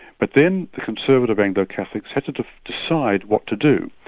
but then the conservative anglo catholics had to to decide what to do.